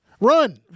run